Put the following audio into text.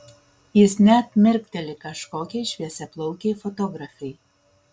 jis net mirkteli kažkokiai šviesiaplaukei fotografei